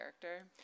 character